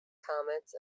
comments